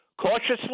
cautiously